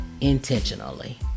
intentionally